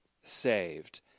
saved